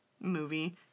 movie